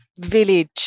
village